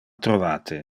trovate